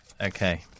Okay